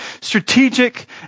strategic